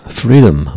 freedom